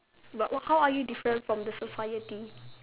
but what how are you different from the society